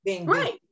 right